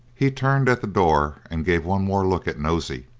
he turned at the door and gave one more look at nosey,